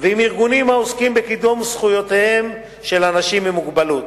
ועם ארגונים העוסקים בקידום זכויותיהם של אנשים עם מוגבלות.